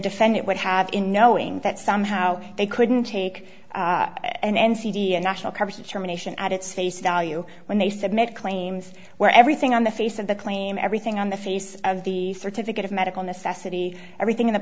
defendant would have in knowing that somehow they couldn't take an n c d and national coverage from a nation at its face value when they submit claims where everything on the face of the claim everything on the face of the certificate of medical necessity everything in the